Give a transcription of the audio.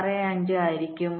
65 ആയിരിക്കും